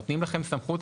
ונותנים לכם סמכות.